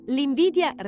L'invidia